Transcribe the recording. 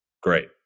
great